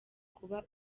kuba